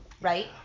right